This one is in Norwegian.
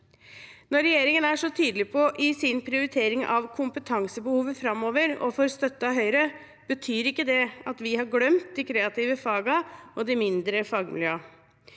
Når regjeringen er så tydelig i sin prioritering av kompetansebehovet framover og får støtte av Høyre, betyr ikke det at vi har glemt de kreative fagene og de mindre fagmiljøene,